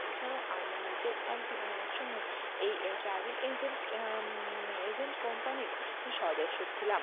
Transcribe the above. এছাড়াও আমি নিজেও এক দিন এক সময় এই এই ট্রাভেল এজেন্ট এজেন্ট কোম্পানির সদস্য ছিলাম